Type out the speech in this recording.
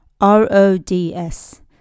R-O-D-S